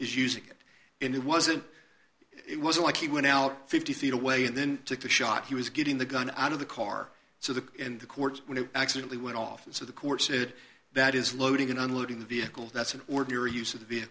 is using it and it wasn't it wasn't like he went out fifty feet away and then took the shot he was getting the gun out of the car so the in the courts when it accidently went off and so the court said that is loading and unloading the vehicle that's an ordinary use